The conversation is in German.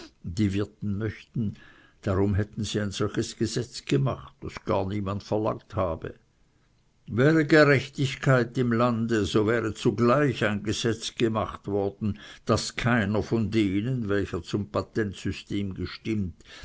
die wirten möchten darum hätten sie ein solches gesetz gemacht das gar niemand verlangt habe wäre gerechtigkeit im lande so wäre zugleich ein gesetz gemacht worden daß keiner von denen welcher zum patentsystem gestimmt